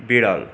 বেড়াল